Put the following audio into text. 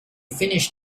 finish